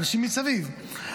והאנשים מסביב.